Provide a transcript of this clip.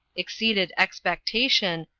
exceeded expectation,